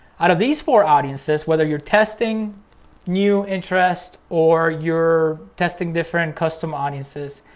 out of these four audiences, whether you're testing new interest or you're testing different custom audiences,